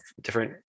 different